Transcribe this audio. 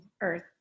earth